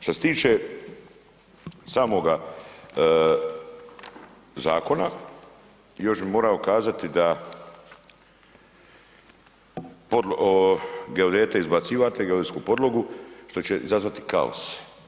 Što se tiče samoga Zakona, još bi morao kazati da geodete izbacivate, geodetsku podlogu što će izazvati kaos.